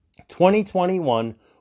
2021